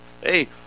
Hey